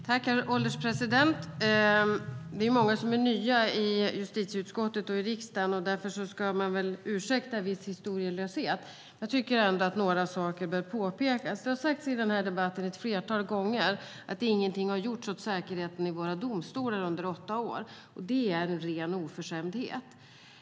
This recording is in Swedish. Herr ålderspresident! Det är många som är nya i justitieutskottet och i riksdagen, och därför ska man väl ursäkta en viss historielöshet. Men jag tycker ändå att några saker bör påpekas. Det har sagts ett flertal gånger i den här debatten att under åtta år har ingenting gjorts åt säkerheten i våra domstolar. Det är en ren oförskämdhet.